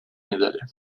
медали